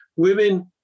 Women